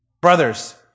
Brothers